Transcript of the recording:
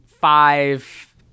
five